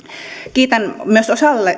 kiitän myös